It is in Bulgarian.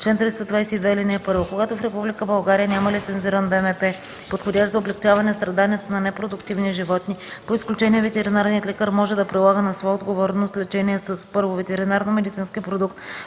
„Чл. 322. (1) Когато в Република България няма лицензиран ВМП, подходящ за облекчаване страданията на непродуктивни животни, по изключение ветеринарният лекар може да прилага на своя отговорност лечение със: 1. ветеринарномедицински продукт,